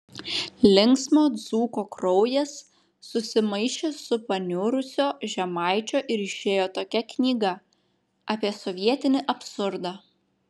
linksmo dzūko kraujas susimaišė su paniurusio žemaičio ir išėjo tokia knyga apie sovietinį absurdą